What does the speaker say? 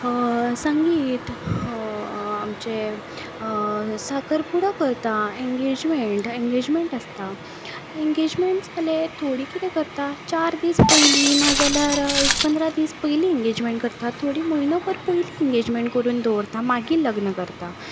संगीत आमचें साखरपुडो करता एंगेजमेंट आसता एंगेजमेंट जालें थोडीं किदें करता चार दीस पयलीं नाजाल्यार एक पंदरा दीस पयलीं एंगेजनेंट करतात थोडीं म्हयनोभर पयलीं एंगेजमेंट करून दवरता मागीर लग्न करता